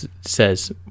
says